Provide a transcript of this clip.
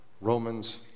Romans